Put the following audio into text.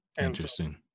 Interesting